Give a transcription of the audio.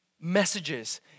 messages